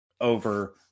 over